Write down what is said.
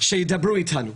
שידברו איתנו.